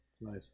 Nice